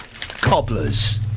Cobblers